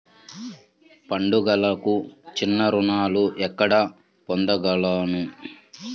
పండుగలకు చిన్న రుణాలు ఎక్కడ పొందగలను?